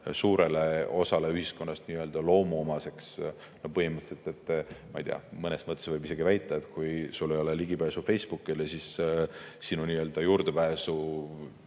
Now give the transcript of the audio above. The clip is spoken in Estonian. suurele osale ühiskonnast nii-öelda loomuomaseks. Põhimõtteliselt võib mõnes mõttes isegi väita, et kui sul ei ole ligipääsu Facebookile, siis sinu juurdepääsu